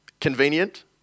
convenient